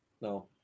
No